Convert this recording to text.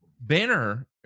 banner